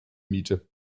miete